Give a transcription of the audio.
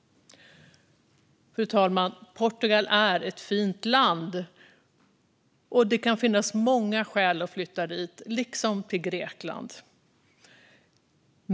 Fru talman! Portugal är ett fint land, och det kan finnas många skäl att flytta dit, liksom till Grekland.